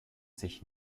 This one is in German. sich